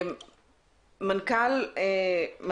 תודה רבה לך.